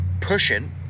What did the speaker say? pushing